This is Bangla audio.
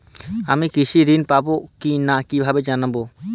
আমি কৃষি ঋণ পাবো কি না কিভাবে জানবো?